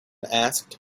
asked